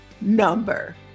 number